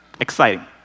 Exciting